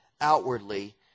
outwardly